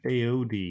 AOD